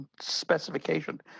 specification